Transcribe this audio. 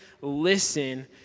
listen